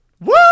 Woo